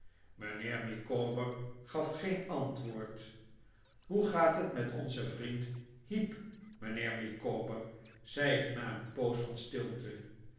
mijnheer micawber gaf geen antwoord hoe gaat het met onzen vriend heep mijnheer micawber zei ik na een poos van stilte